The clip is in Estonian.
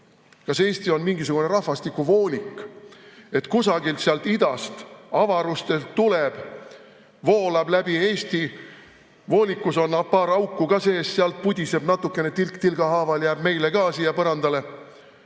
Kas Eesti on mingisugune rahvastikuvoolik, et kusagilt ida avarustelt [rahvast] tuleb, voolab läbi Eesti, voolikus on paar auku sees, sealt pudiseb natukene, tilk tilga haaval ka meile põrandale